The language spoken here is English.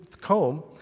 comb